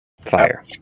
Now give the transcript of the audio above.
Fire